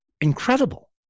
incredible